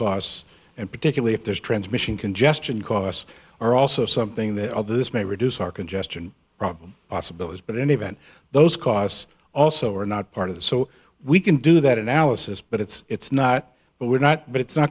costs and particularly if there's transmission congestion costs are also something that although this may reduce our congestion problem possibilities but any event those costs also are not part of the so we can do that analysis but it's not we're not but it's not